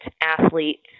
athletes